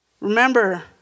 Remember